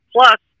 Plus